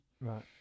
Right